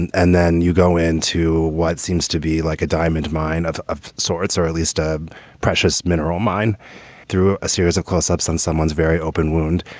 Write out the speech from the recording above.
and and then you go in to what seems to be like a diamond mine of of sorts, or at least a precious mineral mine through a series of close-ups on someone's very open wound.